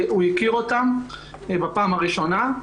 הוא הכיר אותם בפעם הראשונה.